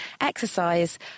exercise